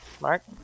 Mark